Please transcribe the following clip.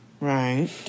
Right